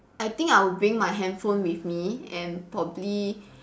I think I would bring my handphone with me and probably